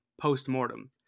post-mortem